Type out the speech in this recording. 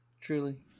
Truly